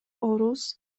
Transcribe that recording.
орус